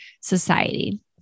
society